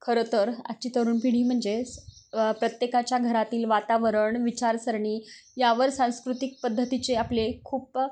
खरं तर आजची तरुण पिढी म्हणजेच प्रत्येकाच्या घरातील वातावरण विचारसरणी यावर सांस्कृतिक पद्धतीचे आपले खूप